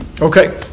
Okay